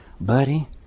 Buddy